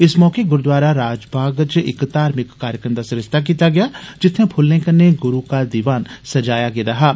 इस मौके गुरुद्वारा राजबाग च इक धार्मिक कार्यक्रम दा सरिस्ता कीता गेआ जित्थे फुल्लें कन्ने 'गुरु दी दीवान' सजाया गेदा हा